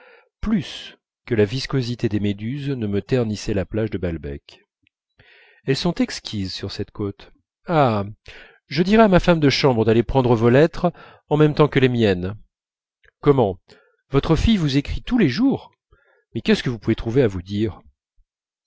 elles sont exquises sur cette côte ah je dirai à ma femme de chambre d'aller prendre vos lettres en même temps que les miennes comment votre fille vous écrit tous les jours mais qu'est-ce que vous pouvez trouver à vous dire